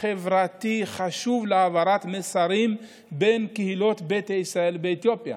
חברתי חשוב להעברת מסרים בין קהילות ביתא ישראל באתיופיה.